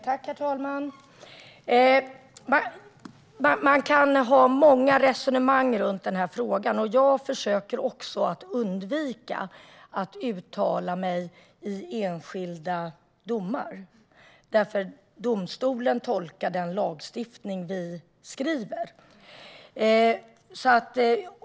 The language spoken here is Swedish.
Herr talman! Man kan föra många resonemang i den här frågan. Jag försöker också att undvika att uttala mig om enskilda domar. Domstolen tolkar den lagstiftning som vi beslutar om.